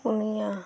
ᱯᱩᱱᱭᱟ